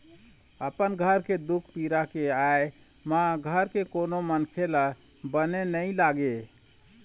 अपन घर के दुख पीरा के आय म घर के कोनो मनखे ल बने नइ लागे